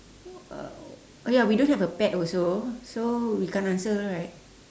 uh oh ya we don't have a pet also so we can't answer right